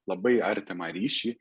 labai artimą ryšį